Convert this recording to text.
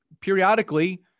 Periodically